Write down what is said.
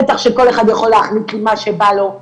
בטח כשכל אחד יכול להחליט לי מה שבא לו,